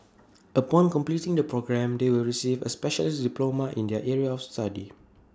upon completing the programme they will receive A specialist diploma in their area of study